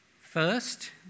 First